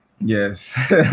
Yes